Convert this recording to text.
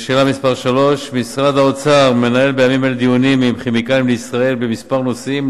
3. משרד האוצר מנהל בימים אלה דיונים עם "כימיקלים לישראל" בכמה נושאים,